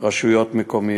רשויות מקומיות,